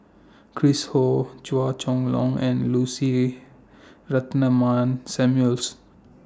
Chris Ho Chua Chong Long and Lucy Ratnammah Samuel's